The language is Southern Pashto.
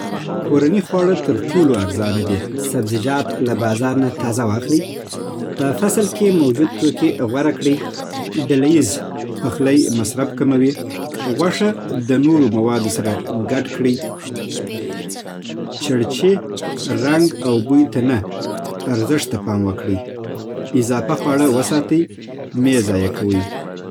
کورني خواړه تر ټولو ارزانه دي. سبزيجات له بازار نه تازه واخلئ. په فصل کې موجود توکي غوره کړئ. ډله‌ييز پخلی مصرف کموي. غوښه د نورو موادو سره ګډ کړئ. چړچي، رنګ او بوی ته نه، ارزښت ته پام وکړئ. اضافه خواړه وساتئ، مه ضایع کوئ